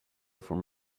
from